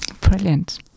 Brilliant